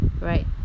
right